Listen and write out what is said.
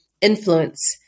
influence